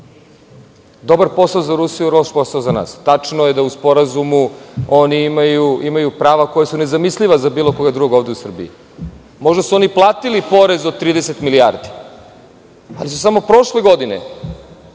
Dobar posao za Rusiju, loš posao za nas. Tačno je da u Sporazumu oni imaju prava koja su nezamisliva za bilo koga drugog ovde u Srbiji. Možda su oni platili porez od 30 milijardi, ali su samo prošle godine,